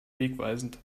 wegweisend